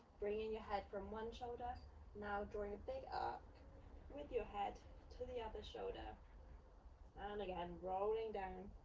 bringing your head from one shoulder now drawing a big arc with your head to the other shoulder and again, rolling down